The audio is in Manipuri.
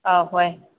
ꯑꯥ ꯍꯣꯏ